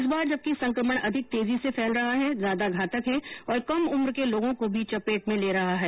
इस बार जबकि संक्रमण अधिक तेजी से फैल रहा है ज्यादा घातक है और कम उम्र के लोगों को भी चपेट में ले रहा है